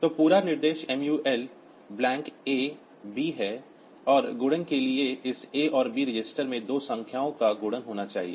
तो पूरा निर्देश MUL ब्लैंक A B है और गुणन के लिए इस A और B रजिस्टरों में दो संख्याओं का गुणन होना चाहिए